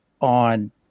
on